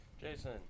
Jason